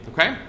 Okay